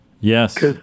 Yes